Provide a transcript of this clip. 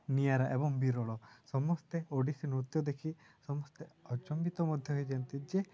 ନିଆରା ଏବଂ ବିରଳ ସମସ୍ତେ ଓଡ଼ିଶୀ ନୃତ୍ୟ ଦେଖି ସମସ୍ତେ ଆଚମ୍ବିତ ମଧ୍ୟ ହୋଇଯାଆନ୍ତି ଯେ